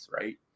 right